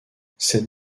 cette